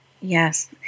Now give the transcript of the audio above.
Yes